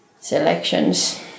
selections